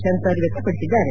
ಶಂಕರ್ ವ್ಯಕ್ತಪಡಿಸಿದ್ದಾರೆ